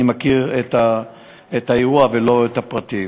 אני מכיר את האירוע ולא את הפרטים.